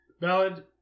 Valid